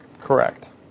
Correct